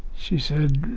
she said,